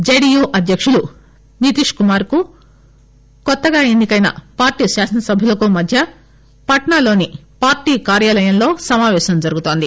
JDU అధ్యకులు నితిశ్ కుమార్ కు కొత్తగా ఎన్నికైన పార్టీ శాసనసభ్యులకు మధ్య పాట్సాలోని పార్టీ కార్యాలయంలో సమాపేశం జరుగుతోంది